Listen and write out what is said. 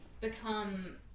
become